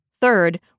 Third